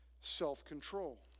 self-control